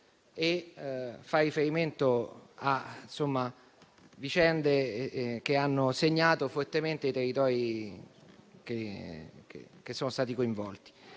e fa riferimento a vicende che hanno segnato fortemente i territori che sono stati coinvolti.